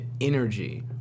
energy